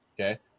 okay